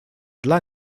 dla